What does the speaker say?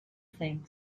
thing